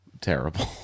terrible